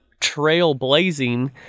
trailblazing